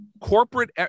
corporate